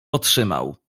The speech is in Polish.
otrzymał